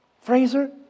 Fraser